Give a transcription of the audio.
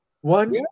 One